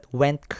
went